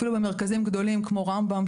אפילו במרכזים גדולים כמו רמב"ם,